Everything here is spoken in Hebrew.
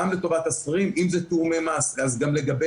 גם לטובת שנת 2020. אם זה תיאומי מס אז גם לגביהם